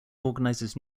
organizes